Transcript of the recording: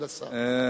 כבוד השר.